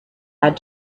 had